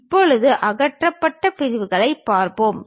இப்போது அகற்றப்பட்ட பிரிவுகளைப் பார்ப்போம்